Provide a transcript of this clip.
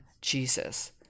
Jesus